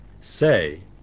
say